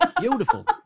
Beautiful